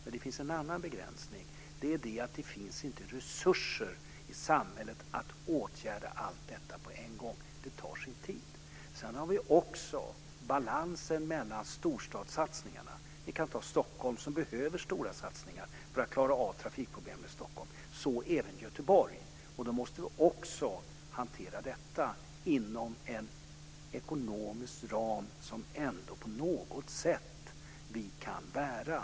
Det finns också en annan begränsning: Det finns inte resurser i samhället att åtgärda allt detta på en gång. Det tar sin tid. Vi har också balansen mellan storstadssatsningarna. Vi kan ta Stockholm, som behöver stora satsningar för att klara av trafikproblemen. Så är det även i Göteborg. Då måste vi hantera detta inom en ekonomisk ram som vi på något sätt kan bära.